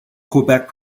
quebec